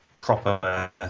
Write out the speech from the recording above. proper